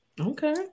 Okay